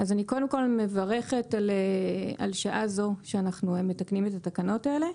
אז אני קודם כל מברכת על שעה זו שאנחנו מתקנים את התקנות האלה.